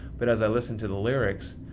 but as i listened to the lyrics,